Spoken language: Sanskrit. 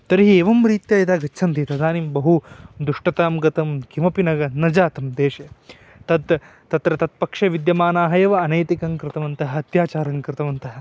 तर्हि एवं रीत्या यदि गच्छन्ति तदानीं बहु दुष्टतां गतं किमपि न गा न जातं देशे तत् तत्र तत् पक्षे विद्यमानाः एव अनैतिकं कृतवन्तः अत्याचारं कृतवन्तः